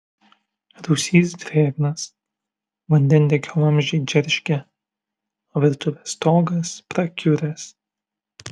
rūsys drėgnas vandentiekio vamzdžiai džeržgia o virtuvės stogas prakiuręs